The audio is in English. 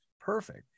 Perfect